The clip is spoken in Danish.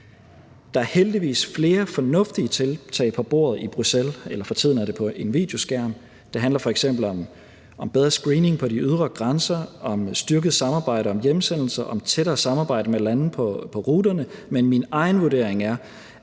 Der er heldigvis flere fornuftige tiltag på bordet i Bruxelles – eller for tiden er det på en videoskærm. Det handler f.eks. om bedre screening på de ydre grænser, om styrket samarbejde om hjemsendelser, om et tættere samarbejde mellem landene på ruterne. Men min egen vurdering er,